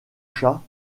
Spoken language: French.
chats